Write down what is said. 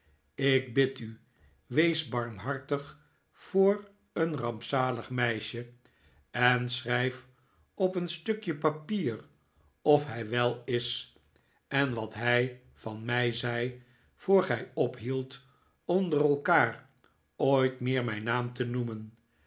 ik bid u wees barmhartig voor een rampzalig meisje en schrijf op een stukje papier of hij wel is en wat hij van mij zei voor gij ophieldt onder elkaar ooit meer mijn naam te noemen